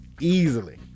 Easily